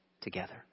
together